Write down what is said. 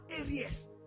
areas